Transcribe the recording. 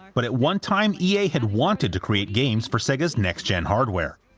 but at one time ea had wanted to create games for sega's next-gen hardware.